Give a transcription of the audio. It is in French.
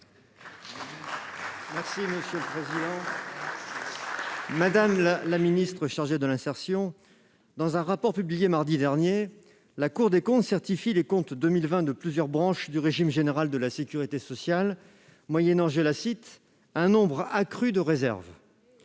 de l'emploi et de l'insertion, dans un rapport publié mardi dernier, la Cour des comptes certifie les comptes 2020 de plusieurs branches du régime général de la sécurité sociale moyennant « un nombre accru de réserves ».